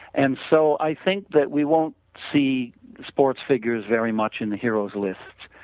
and so i think that we won't see sports figures very much in the heroes list,